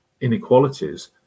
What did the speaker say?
inequalities